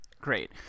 Great